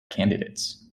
candidates